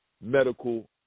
Medical